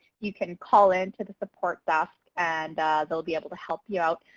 you can call into the support desk, and they'll be able to help you out.